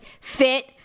fit